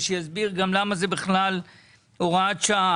שיסביר גם למה זאת הוראת שעה.